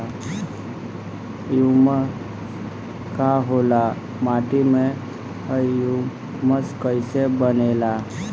Humus का होला माटी मे ह्यूमस कइसे बनेला?